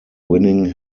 winning